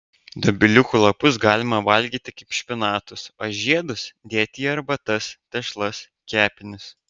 dobiliukų lapus galima valgyti kaip špinatus o žiedus dėti į arbatas tešlas kepinius